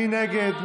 מי נגד?